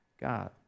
God